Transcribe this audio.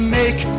make